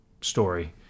story